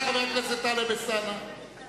חבר הכנסת טלב אלסאנע, אין לי ברירה.